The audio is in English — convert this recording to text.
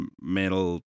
metal